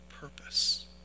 purpose